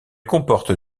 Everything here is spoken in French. comporte